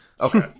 Okay